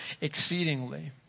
exceedingly